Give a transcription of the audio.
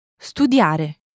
Studiare